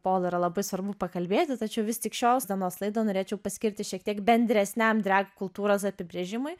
pol yra labai svarbu pakalbėti tačiau vis tik šios dienos laidą norėčiau paskirti šiek tiek bendresniam drag kultūros apibrėžimui